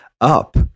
up